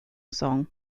song